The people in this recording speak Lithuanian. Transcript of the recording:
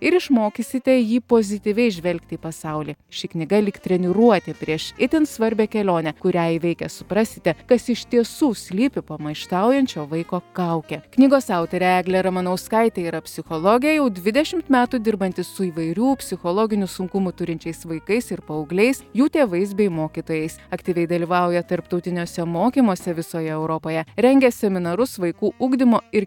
ir išmokysite jį pozityviai žvelgti į pasaulį ši knyga lyg treniruotė prieš itin svarbią kelionę kurią įveikę suprasite kas iš tiesų slypi po maištaujančio vaiko kauke knygos autorė eglė ramanauskaitė yra psichologė jau dvidešimt metų dirbanti su įvairių psichologinių sunkumų turinčiais vaikais ir paaugliais jų tėvais bei mokytojais aktyviai dalyvauja tarptautiniuose mokymuose visoje europoje rengia seminarus vaikų ugdymo ir